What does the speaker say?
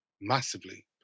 massively